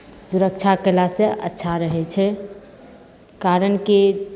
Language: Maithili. सुरक्षा कयला से अच्छा रहैत छै कारण कि